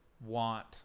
want